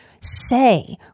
say